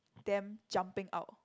them jumping out